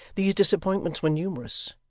these disappointments were numerous,